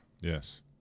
Yes